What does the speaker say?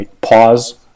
pause